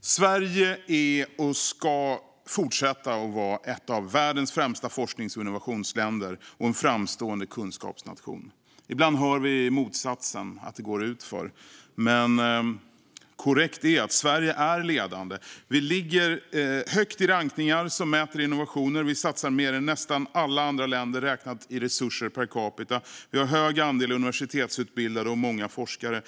Sverige är och ska fortsätta att vara ett av världens främsta forsknings och innovationsländer och en framstående kunskapsnation. Ibland hör vi motsatsen, att det går utför. Men korrekt är att Sverige är ledande. Vi ligger högt i rankningar som mäter innovationer. Vi satsar mer än nästan alla andra länder räknat i resurser per capita. Vi har en hög andel universitetsutbildade och många forskare.